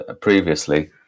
previously